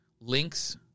links